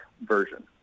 version